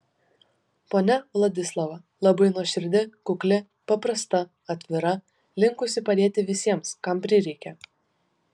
ponia vladislava labai nuoširdi kukli paprasta atvira linkusi padėti visiems kam prireikia